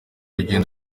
urugendo